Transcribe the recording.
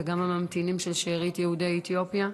וגם הממתינים של שארית יהודי אתיופיה.